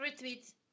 Retweet